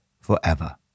forever